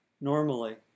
normally